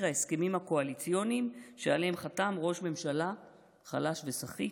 ההסכמים הקואליציוניים שעליהם חתם ראש ממשלה חלש וסחיט.